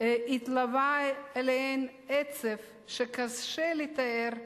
התלווה אליהן עצב שקשה לתאר במלים.